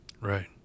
Right